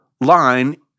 line